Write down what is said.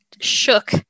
shook